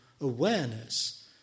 awareness